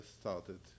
started